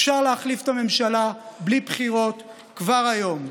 אפשר להחליף את הממשלה בלי בחירות כבר היום.